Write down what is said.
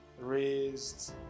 raised